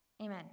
Amen